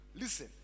Listen